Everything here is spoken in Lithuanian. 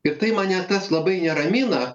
ir tai mane tas labai neramina